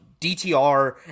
DTR